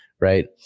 right